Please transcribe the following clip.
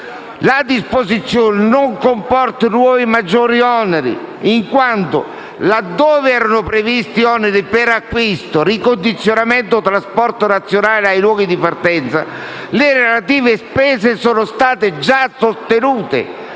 «la disposizione non comporta nuovi o maggiori oneri a carico della finanza pubblica in quanto, laddove erano previsti oneri per acquisto, ricondizionamento o trasporto nazionale ai luoghi di partenza, le relative spese sono state già sostenute